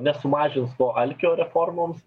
nesumažins to alkio reformoms